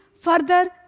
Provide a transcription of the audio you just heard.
further